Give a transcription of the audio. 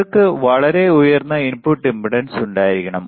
നമ്മൾക്ക് വളരെ ഉയർന്ന ഇൻപുട്ട് ഇംപെഡൻസ് ഉണ്ടായിരിക്കണം